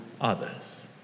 others